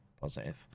Positive